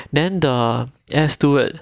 then the air steward